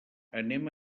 anem